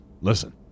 Listen